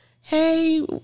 Hey